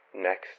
Next